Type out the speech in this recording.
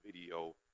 video